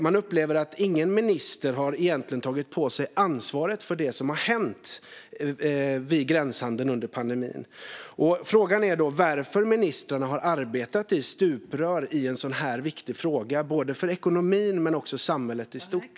Man upplever att ingen minister egentligen har tagit på sig ansvaret för det som har hänt med gränshandeln under pandemin. Frågan är då varför ministrarna har arbetat i stuprör i en sådan här viktig fråga både för ekonomin och för samhället i stort.